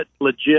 legit